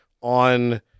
on